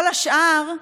כל השאר,